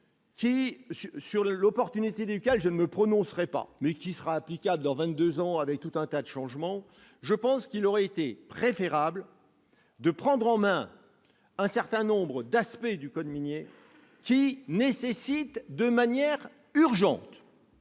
texte sur l'opportunité duquel je ne me prononcerai pas, mais qui sera applicable dans vingt-deux ans, après tout un tas de changements, je pense qu'il aurait été préférable de prendre en main la réforme d'un certain nombre d'aspects du code minier qui nécessitent de manière urgente